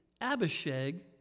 Abishag